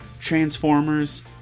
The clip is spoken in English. Transformers